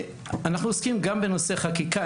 אנחנו עוסקים גם בנושא חקיקה,